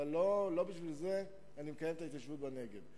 אבל לא בשביל זה אני מקיים את ההתיישבות בנגב.